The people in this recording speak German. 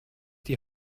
die